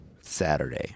Saturday